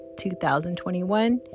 2021